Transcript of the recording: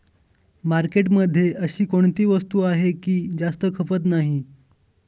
मार्केटमध्ये अशी कोणती वस्तू आहे की जास्त खपत नाही?